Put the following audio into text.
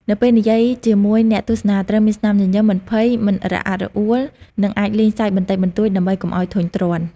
នៅពេលនិយាយជាមួយអ្នកទស្សនាត្រូវមានស្មាមញញឺម មិនភ័យ មិនរអាក់រអួល និងអាចលេងសើចបន្តិចបន្តួចដើម្បីកុំឲ្យធុញទ្រាន់។